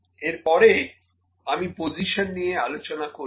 এর পরে আমি পজিশন নিয়ে আলোচনা করবো